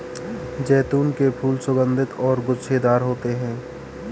जैतून के फूल सुगन्धित और गुच्छेदार होते हैं